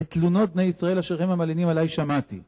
את תלנות בני ישראל אשר המה מלינים עלי שמעתי